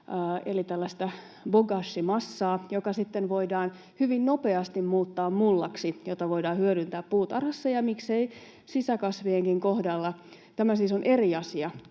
bokashi-massaa, joka sitten voidaan hyvin nopeasti muuttaa mullaksi, jota voidaan hyödyntää puutarhassa ja miksei sisäkasvienkin kohdalla. Tämä siis on eri asia